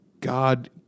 God